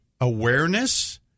awareness